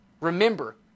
Remember